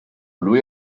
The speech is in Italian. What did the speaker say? lui